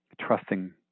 trusting